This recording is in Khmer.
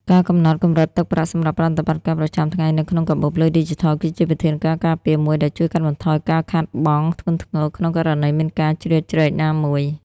ការកំណត់កម្រិតទឹកប្រាក់សម្រាប់ប្រតិបត្តិការប្រចាំថ្ងៃនៅក្នុងកាបូបលុយឌីជីថល គឺជាវិធានការការពារមួយដែលជួយកាត់បន្ថយការខាតបង់ធ្ងន់ធ្ងរក្នុងករណីមានការជ្រៀតជ្រែកណាមួយ។